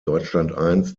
deutschland